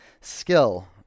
skill